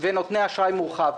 נותני אשראי מורחב.